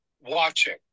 watching